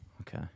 Okay